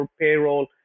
payroll